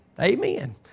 Amen